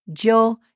yo